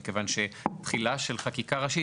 מכיוון שתחילה של חקיקה ראשית,